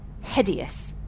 hideous